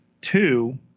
Two